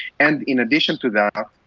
and in addition to that,